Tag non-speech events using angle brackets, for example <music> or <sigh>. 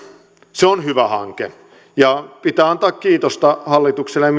se on hyvä hanke ja pitää antaa kiitosta hallitukselle ja <unintelligible>